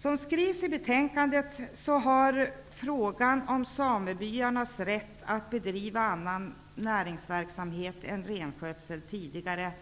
Som skrivs i betänkandet, har frågan om samebyarnas rätt att bedriva annan näringsverksamhet än renskötsel tidigare